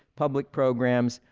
public programs,